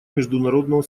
международного